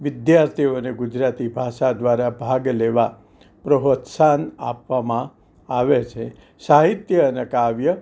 વિધાર્થીઓને ગુજરાતી ભાષા દ્વારા ભાગ લેવા પ્રોત્સાહન આપવામાં આવે છે સાહિત્ય અને કાવ્ય